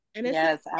Yes